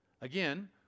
Again